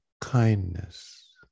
kindness